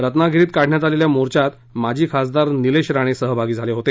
रत्नागिरीत काढण्यात आलेल्या मोर्चात माजी खासदार निलेश राणे सहभागी झाले होते